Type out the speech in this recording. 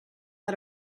how